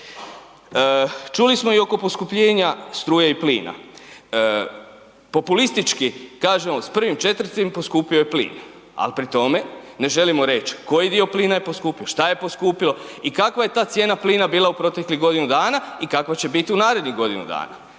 Čuli smo i oko poskupljenja struje i plina. Populistički kažemo s 1.4. poskupio je plin ali pri tome ne želimo reći koji dio plina je poskupio, šta je poskupilo i kakva je ta cijena plina bila u proteklih godina i kakva će bit u narednih godinu dana.